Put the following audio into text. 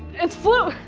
it's floodle!